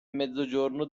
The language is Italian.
mezzogiorno